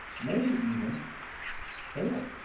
maybe even fatal.